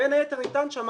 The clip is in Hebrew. בין היתר ניתנת שם